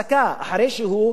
אחרי שהוא יסיים.